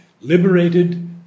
liberated